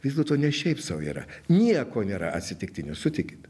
vis dėlto ne šiaip sau yra nieko nėra atsitiktinio sutikit